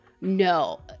No